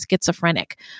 schizophrenic